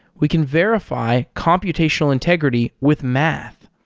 we can verify computational integrity with math.